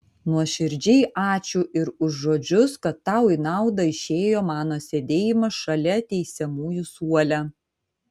nuoširdžiai ačiū ir už žodžius kad tau į naudą išėjo mano sėdėjimas šalia teisiamųjų suole